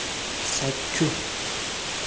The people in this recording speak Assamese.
চাক্ষুষ